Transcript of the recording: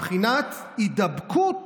מבחינת הידבקות,